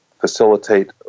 facilitate